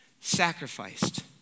sacrificed